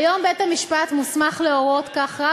כיום בית-המשפט מוסמך להורות כך רק